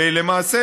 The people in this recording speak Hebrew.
למעשה,